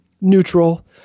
neutral